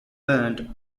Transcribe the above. bernd